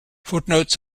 footnotes